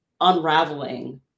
unraveling